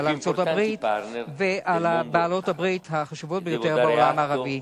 על ארצות-הברית ועל בעלות-הברית החשובות ביותר בעולם הערבי.